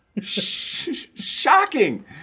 Shocking